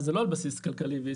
אז זה לא על בסיס כלכלי ועסקי,